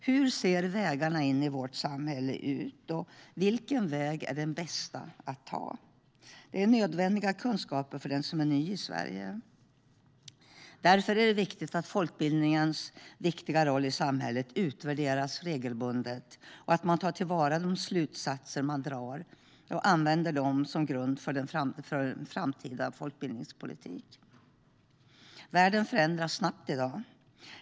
Hur ser vägarna in i vårt samhälle ut, och vilken väg är den bästa att ta? Det är nödvändiga kunskaper för den som är ny i Sverige. Därför är det viktigt att folkbildningens viktiga roll i samhället utvärderas regelbundet och att man tar till vara de slutsatser man drar och använder dem som grund för en framtida folkbildningspolitik. Världen förändras snabbt i dag.